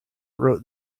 wrote